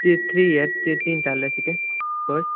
ई three years तीन साललऽ थिके कोर्स